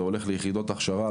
זה הולך ליחידות הכשרה,